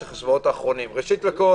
ראשית,